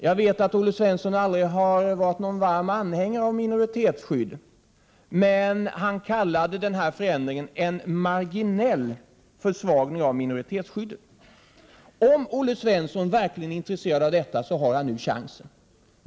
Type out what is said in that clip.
Jag vet att Olle Svensson aldrig har varit någon varm anhängare av minoritetsskydd, men han kallade den här ändringen en marginell försvagning av minoritetsskyddet. Om Olle Svensson verkligen är intresserad av minoritetsskyddet har han nu chansen att ge besked.